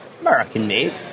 American-made